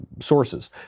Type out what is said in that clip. sources